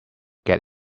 get